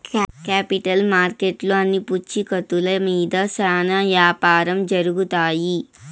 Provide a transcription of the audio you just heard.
capital మార్కెట్లో అన్ని పూచీకత్తుల మీద శ్యానా యాపారం జరుగుతాయి